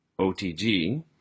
OTG